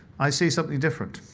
i see something different.